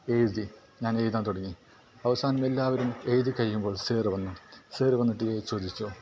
എഴുതി ഞാൻ എഴുതാൻ തുടങ്ങി അവസാനം എല്ലാവരും എഴുതി കഴിയുമ്പോൾ സാറ് വന്നു സാറ് വന്നിട്ട് ചോദിച്ചു